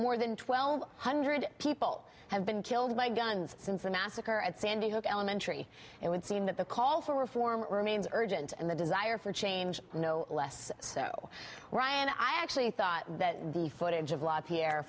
more than twelve hundred people have been killed by guns since the massacre at sandy hook elementary it would seem that the call for reform remains urgent and the desire for change no less so and i actually thought that the footage of l